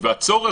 ובנוסף,